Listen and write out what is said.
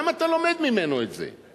למה אתה לומד ממנו את זה?